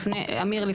אמיר,